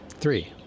Three